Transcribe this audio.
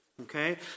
Okay